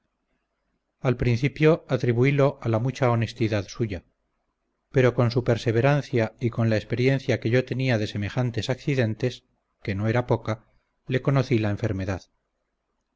al principio atribuílo a la mucha honestidad suya pero con su perseverancia y con la experiencia que yo tenía de semejantes accidentes que no era poca le conocí la enfermedad